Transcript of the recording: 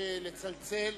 מבקש לצלצל.